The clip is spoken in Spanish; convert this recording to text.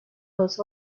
dos